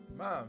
Mom